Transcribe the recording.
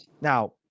Now